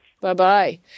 Bye-bye